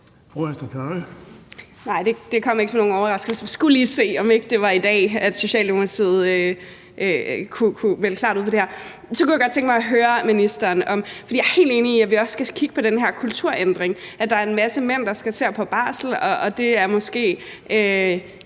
Carøe (SF): Nej, det kom ikke som nogen overraskelse, men jeg skulle lige se, om ikke det var i dag, at Socialdemokratiet kunne melde klart ud om det her. Så kunne jeg godt tænke mig at høre ministeren om noget andet. Jeg er helt enig i, at vi også skal kigge på den her kulturændring, i forhold til at der er en masse mænd, der skal til at gå på barsel. Det er ikke